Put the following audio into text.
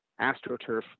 AstroTurf